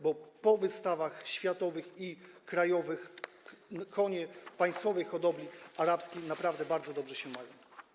Bo po wystawach światowych i krajowych konie państwowej hodowli koni arabskich naprawdę bardzo dobrze się mają.